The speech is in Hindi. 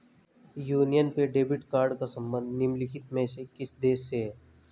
यूनियन पे डेबिट कार्ड का संबंध निम्नलिखित में से किस देश से है?